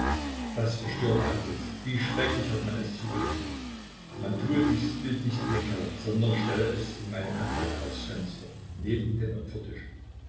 das verstörte antlitz wie schrecklich hat man es zugerichtet man tue dieses bild nicht in den keller sondern stelle es in meine kapelle aufs fenster neben den